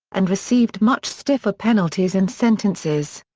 and received much stiffer penalties and sentences.